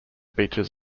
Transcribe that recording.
beaches